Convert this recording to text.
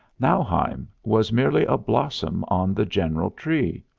nauheim was merely a blossom on the general tree.